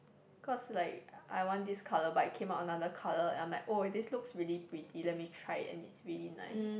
cause like I want this colour but it came out another colour I'm like oh this looks really pretty let me try it and it's really nice